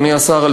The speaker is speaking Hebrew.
אדוני השר,